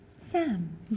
Sam